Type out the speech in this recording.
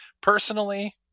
Personally